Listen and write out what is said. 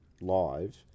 live